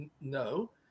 No